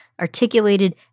articulated